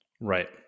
Right